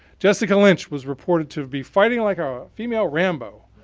jessica lynch was reported to be fighting like a female rambo,